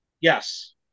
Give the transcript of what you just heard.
Yes